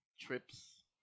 trips